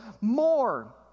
more